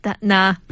Nah